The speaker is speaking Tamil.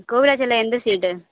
கோவிலாச்சேரியில் எந்த ஃபீல்டு